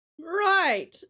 Right